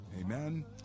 Amen